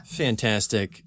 fantastic